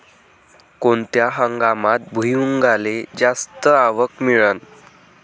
कोनत्या हंगामात भुईमुंगाले जास्त आवक मिळन?